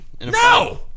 No